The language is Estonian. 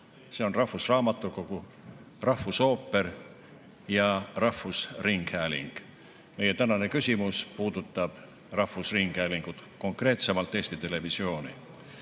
Need on rahvusraamatukogu, rahvusooper ja rahvusringhääling. Meie tänane küsimus puudutab rahvusringhäälingut, konkreetsemalt Eesti Televisiooni.